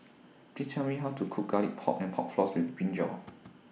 Please Tell Me How to Cook Garlic Pork and Pork Floss with Brinjal